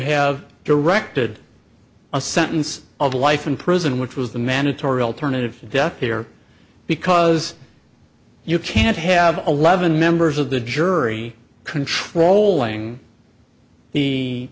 have directed a sentence of life in prison which was the mandatory alternative death here because you can't have eleven members of the jury control laying the